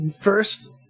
first